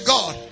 God